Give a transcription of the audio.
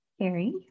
Harry